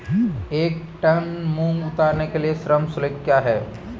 एक टन मूंग उतारने के लिए श्रम शुल्क क्या है?